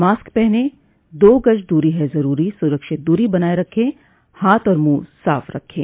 mask पहनें दो गज़ दूरी है ज़रूरी सुरक्षित दूरी बनाए रखें हाथ और मुंह साफ़ रखें